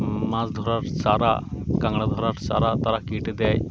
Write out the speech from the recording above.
মাছ ধরার চারা কাঁকড়া ধরার চারা তারা কেটে দেয়